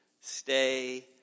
Stay